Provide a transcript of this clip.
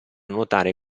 nuotare